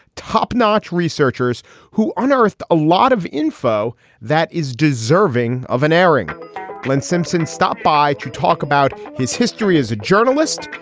top notch researchers who unearthed a lot of info that is deserving of an airing glenn simpson stopped by to talk about his history as a journalist,